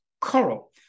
Coral